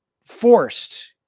forced